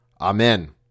Amen